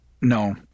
No